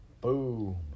boom